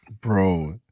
bro